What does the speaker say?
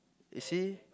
you see